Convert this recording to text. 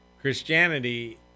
Christianity